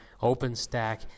OpenStack